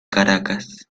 caracas